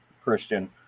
Christian